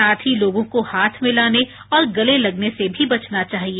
साथ ही लोगों को हाथ मिलाने और गले लगने से भी बचना चाहिए